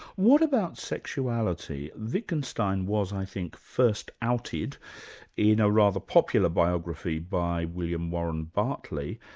what about sexuality? wittgenstein was i think, first outed in a rather popular biography by william warren bartley,